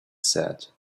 said